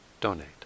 donate